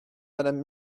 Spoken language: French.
madame